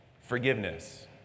Forgiveness